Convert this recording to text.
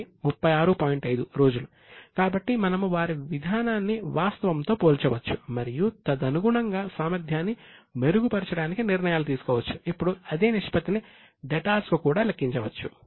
ఇప్పుడు మనము దానిని వారి ఇన్వెంటరీ కు కూడా లెక్కించవచ్చు